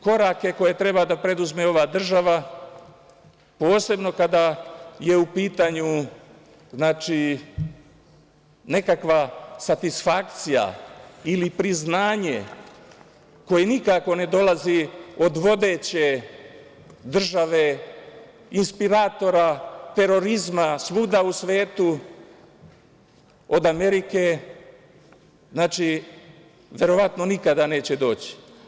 Korake koje treba da preduzme ova država, posebno kada je u pitanju nekakva satisfakcija ili priznanje koje nikako ne dolazi od vodeće države inspiratora terorizma svuda u svetu, od Amerike, znači, verovatno nikada neće doći.